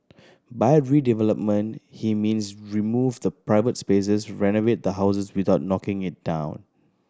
by redevelopment he means remove the private spaces renovate the house without knocking it down